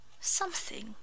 something